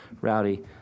Rowdy